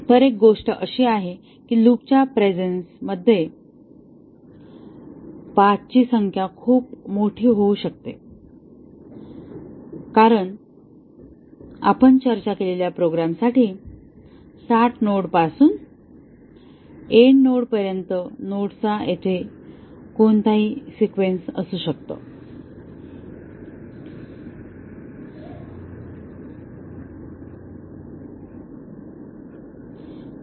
तर एक गोष्ट अशी आहे की लूपच्या प्रेझेन्स मध्ये पाथ ची संख्या खूप मोठी होऊ शकते कारण आपण चर्चा केलेल्या प्रोग्रामसाठी स्टार्ट नोडपासून एंड नोडपर्यंत नोड्सचा येथे कोणताही सिक्वेन्स आहे